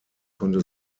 konnte